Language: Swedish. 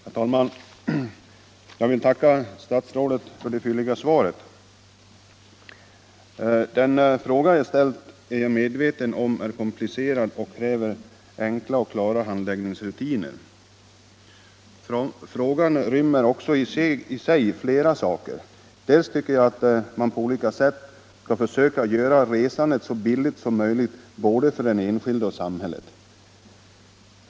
Herr talman! Jag vill tacka statsrådet för det fylliga svaret. Jag är medveten om att den fråga jag ställt är komplicerad och kräver enkla och klara handläggningsrutiner. Den rymmer också i sig flera delfrågor. Först och främst tycker jag att man på olika sätt skall försöka göra resandet så billigt som möjligt för både den enskilde och samhället.